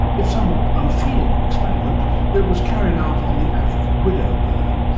if somewhat unfeeling experiment that was carried out on the african widow bird.